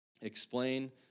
explain